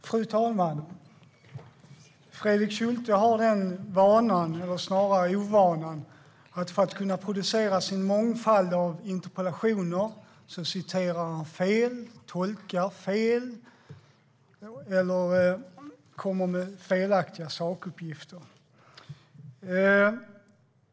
Fru talman! Fredrik Schulte har vanan, eller snarare ovanan, att för att kunna producera sin mångfald av interpellationer citera fel, tolka fel eller komma med felaktiga sakuppgifter.